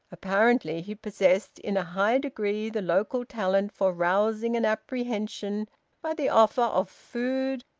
apparently he possessed in a high degree the local talent for rousing an apprehension by the offer of food,